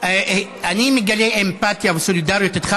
אני מגלה אמפתיה וסולידריות איתך,